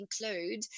include